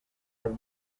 are